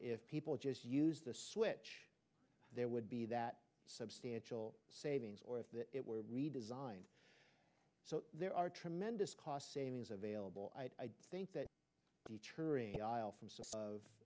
if people just use the switch there would be that substantial savings or if it were redesigned so there are tremendous cost savings available i think that the